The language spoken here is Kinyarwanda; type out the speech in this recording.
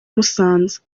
musanze